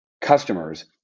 customers